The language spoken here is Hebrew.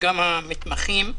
וגם המתמחים.